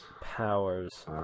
Powers